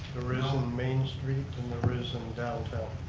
main street and there is in downtown.